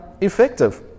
effective